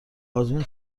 آزمون